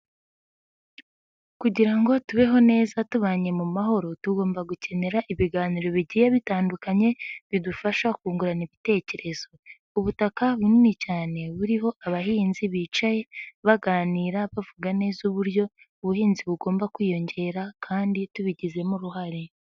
Kugira ngo tubeho neza tubanye mu mahoro tugomba gukenera ibiganiro bigiye bitandukanye bidufasha kungurana ibitekerezo. Ubutaka bunini cyane buriho abahinzi bicaye baganira bavuga neza uburyo ubuhinzi bugomba kwiyongera kandi tubigizemo uruhare.